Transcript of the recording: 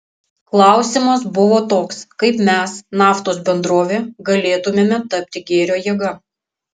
klausimas buvo toks kaip mes naftos bendrovė galėtumėme tapti gėrio jėga